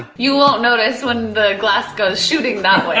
you won't notice when the glass goes shooting that way.